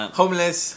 homeless